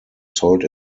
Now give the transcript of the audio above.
sold